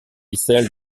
celle